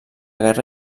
guerra